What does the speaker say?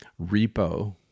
repo